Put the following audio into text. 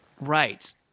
Right